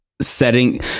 setting